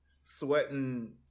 sweating